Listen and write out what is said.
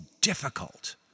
difficult